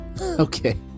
okay